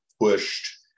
pushed